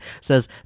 says